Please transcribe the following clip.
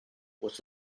was